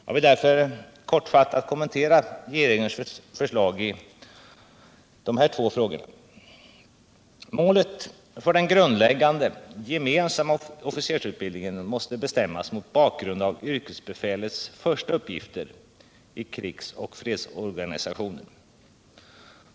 Jag vill därför kortfattat kommentera regeringens förslag i dessa frågor. Målet för den grundläggande gemensamma officersutbildningen måste bestämmas mot bakgrund av yrkesbefälets första uppgifter i krigsoch fredsorganisationen.